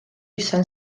izan